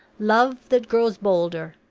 love that grows bolder,